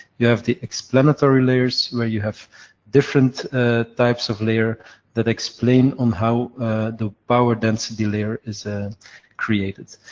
you have the explanatory layers, where you have different types of layer that explain on how the power density layer is ah created.